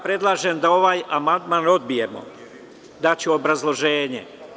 Predlažem da ovaj amandman odbijemo, daću obrazloženje.